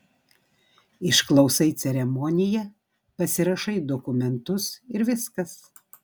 išklausai ceremoniją pasirašai dokumentus ir viskas